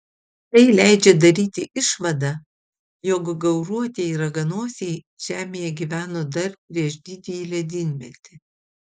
tai leidžia daryti išvadą jog gauruotieji raganosiai žemėje gyveno dar prieš didįjį ledynmetį